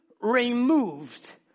removed